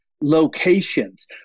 locations